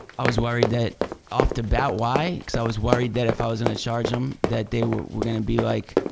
i was worried that off the bat, why, cause i was worried that if i was gonna and charge em, that they were gonna be like,